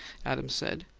adams said,